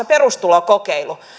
perustulokokeilu